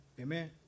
Amen